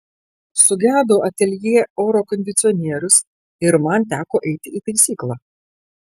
sugedo ateljė oro kondicionierius ir man teko eiti į taisyklą